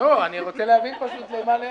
אני רוצה להבין למה להיערך.